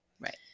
Right